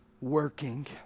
working